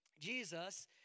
Jesus